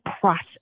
process